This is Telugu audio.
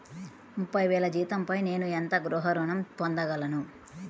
ముప్పై వేల జీతంపై నేను ఎంత గృహ ఋణం పొందగలను?